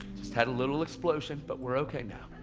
just had a little explosion but we're okay now.